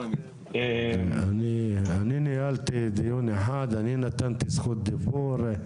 אני ניהלתי דיון אחד, אני נתתי זכות דיבור.